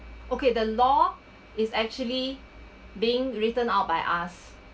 okay the law is actually being written out by us